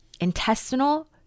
intestinal